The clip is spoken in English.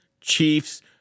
Chiefs